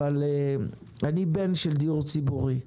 אבל אני בן של דיור ציבורי,